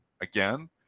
again